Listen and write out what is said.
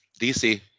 DC